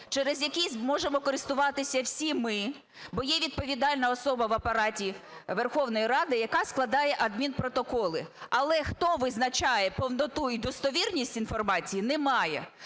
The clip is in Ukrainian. через який зможемо користуватися всі ми. Бо є відповідальна особа в Апараті Верховної Ради, яка складає адмінпротоколи, але, хто визначає повноту і достовірність інформації – немає.